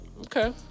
Okay